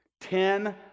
Ten